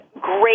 great